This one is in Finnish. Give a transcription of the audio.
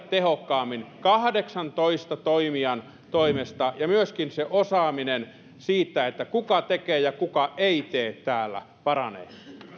tehokkaammin kahdeksantoista toimijan toimesta ja myöskin se osaaminen siinä kuka tekee ja kuka ei tee täällä paranee